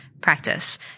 practice